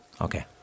Okay